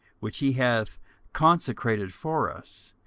which he hath consecrated for us,